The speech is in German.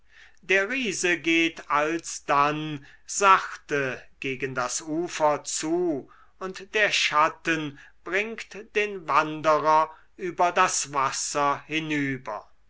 der riese geht alsdann sachte gegen das ufer zu und der schatten bringt den wanderer über das wasser hinüber